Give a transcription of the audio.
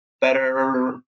better